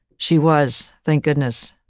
she was, thank goodness.